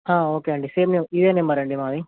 okay అండి same ఇదే number అండి మాది